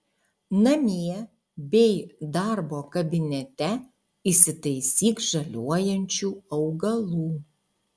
namie bei darbo kabinete įsitaisyk žaliuojančių augalų